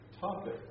topic